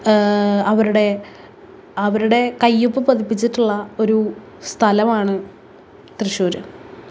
അവരുടെ അവരുടെ കയ്യൊപ്പ് പതിപ്പിച്ചിട്ടുള്ള ഒരു സ്ഥലമാണ് തൃശ്ശൂർ